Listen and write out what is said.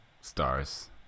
stars